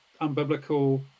unbiblical